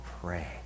pray